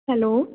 hello